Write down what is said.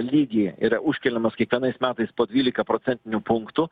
lygį yra užkeliamas kiekvienais metais po dvylika procentaintinių punktų